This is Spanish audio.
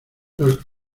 los